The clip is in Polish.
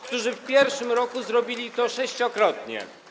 którzy w pierwszym roku zrobili to sześciokrotnie.